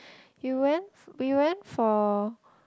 you went you went for